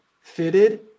fitted